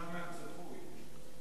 מוקדם מהצפוי.